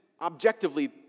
objectively